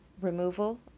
removal